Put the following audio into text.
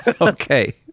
Okay